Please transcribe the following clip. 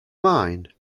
mind